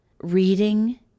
reading